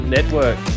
Network